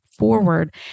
Forward